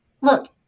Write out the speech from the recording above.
look